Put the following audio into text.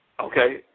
Okay